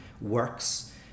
works